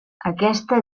aquesta